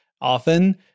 often